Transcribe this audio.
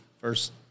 first